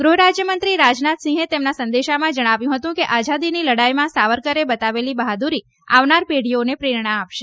ગૃહ રાજ્યમંત્રી રાજનાથસિંહે તેમના સંદેશામાં જણાવ્યું હતું કે આઝાદીની લડાઇમાં સાવરકરે બતાવેલી બહાદુરી આવનાર પેઢીને પ્રેરણા આપશે